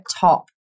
top